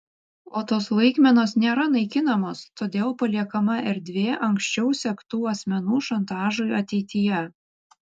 o tos laikmenos nėra naikinamos todėl paliekama erdvė anksčiau sektų asmenų šantažui ateityje